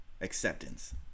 acceptance